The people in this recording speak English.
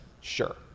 sure